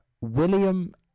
William